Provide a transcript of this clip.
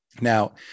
Now